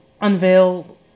unveil